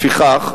לפיכך,